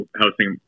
housing